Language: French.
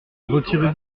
retirez